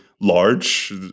large